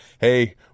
hey